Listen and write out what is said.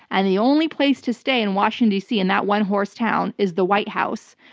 and the only place to stay in washington, dc, in that one-horse town, is the white house.